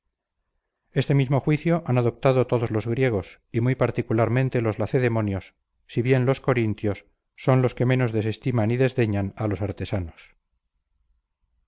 este mismo juicio han adoptado todos los griegos y muy particularmente los lacedemonios si bien los corintios son los que menos desestiman y desdeñan a los artesanos